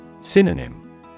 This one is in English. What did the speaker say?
Synonym